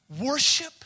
Worship